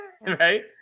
Right